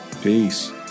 peace